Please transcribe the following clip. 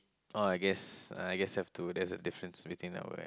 oh I guess I guess have to that's a difference between our ya